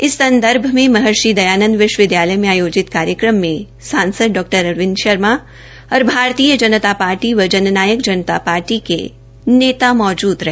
इस संदर्भ में महर्षि दयानंद विश्वविदयालय में आयोजित कार्यक्रम में सांसद डॉ अरविंद शर्मा और भारतीय जनता पार्टी व जन नायक जनता पार्टी के नेता मौजूद रहे